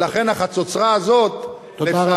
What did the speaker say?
ולכן החצוצרה הזאת, תודה רבה.